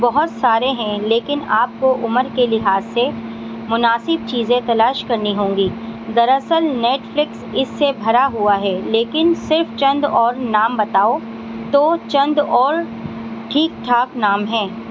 بہت سارے ہیں لیکن آپ کو عمر کے لحاظ سے مناسب چیزیں تلاش کرنی ہوں گی در اصل نیٹ فلکس اس سے بھرا ہوا ہے لیکن صرف چند اور نام بتاؤ تو چند اور ٹھیک ٹھاک نام ہیں